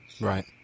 right